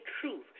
truth